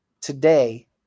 today